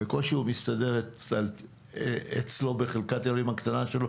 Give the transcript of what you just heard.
בקושי הוא מסתדר אצלו בחלקת אלוהים הקטנה שלו,